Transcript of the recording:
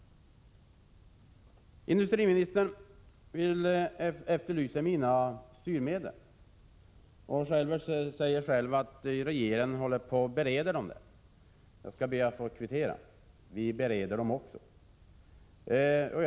Industriministern efterlyser mina styrmedel. Han säger att regeringen bereder frågan om sina styrmedel. Jag skall be att få kvittera: Vi bereder också frågan om våra styrmedel.